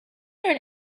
learn